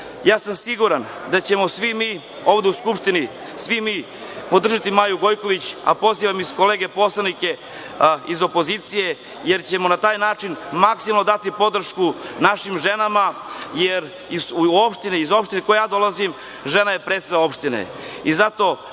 sam siguran da ćemo svi mi ovde u Skupštini podržati Maju Gojković, a pozivam i kolege poslanike iz opozicije jer ćemo na taj način maksimalno dati podršku našim ženama, jer iz opštine iz koje ja dolazim žena je predsednik opštine.